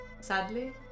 Sadly